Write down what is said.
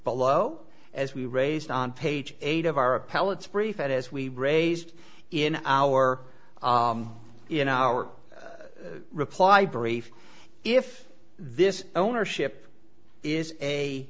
below as we raised on page eight of our appellant's brief as we raised in our in our reply brief if this ownership is a